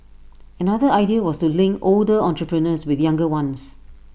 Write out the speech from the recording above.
another idea was to link older entrepreneurs with younger ones